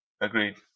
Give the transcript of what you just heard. agreed